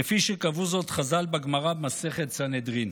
כפי שקבעו זאת חז"ל בגמרא, במסכת סנהדרין.